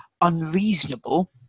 unreasonable